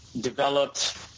developed